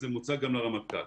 זה מוצג גם לרמטכ"ל.